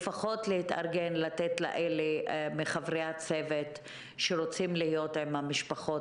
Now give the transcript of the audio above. לפחות להתארגן לתת לאלה מחברי הצוות שרוצים להיות עם המשפחות